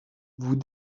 vous